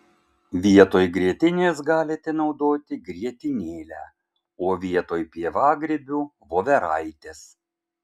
vietoj grietinės galite naudoti grietinėlę o vietoj pievagrybių voveraites